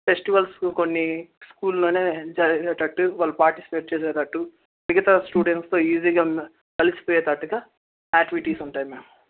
ఫెస్టివల్స్కు కొన్ని స్కూల్లోనే జరిగేటట్టు వాళ్ళు పార్టిసిపేట్ చేసేటట్టు మిగతా స్టూడెంట్స్తో ఈజీగా కలిసిపోయేటట్టుగా యాక్టివిటీస్ ఉంటాయి మ్యామ్